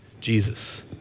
Jesus